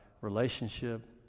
relationship